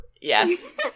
Yes